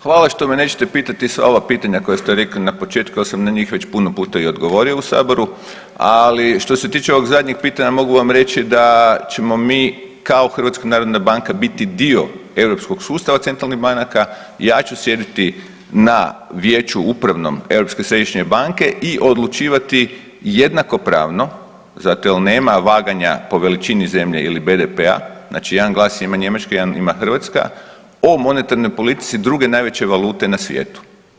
Hvala što me nećete pitati sva ova pitanja koja ste rekli na početku, ja sam na njih već puno puta i odgovorio u Saboru, ali što se tiče ovog zadnjeg pitanja, mogu vam reći da ćemo mi kao HNB biti dio europskog sustava centralnih banaka, ja ću sjediti na Vijeću upravnom Europske središnje banke i odlučivati jednakopravno, zato jer nema vaganja po veličini zemlje ili BDP-a, znači jedan glas ima njemački, jedan ima Hrvatska, o monetarnoj politici druge najveće valute na svijetu.